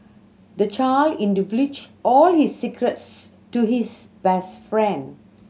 the child in divulged all his secrets to his best friend